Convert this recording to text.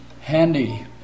handy